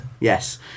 Yes